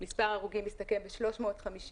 מספר ההרוגים מסתכם ב-355.